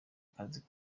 kazi